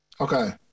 Okay